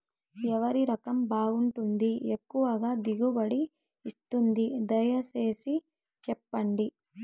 ఏ వరి రకం బాగుంటుంది, ఎక్కువగా దిగుబడి ఇస్తుంది దయసేసి చెప్పండి?